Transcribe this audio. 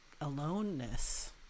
aloneness